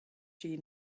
she